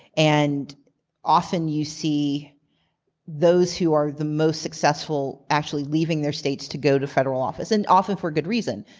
and often you see those who are the most successful actually leaving their states to go to federal office, and often for good reason.